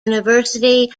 university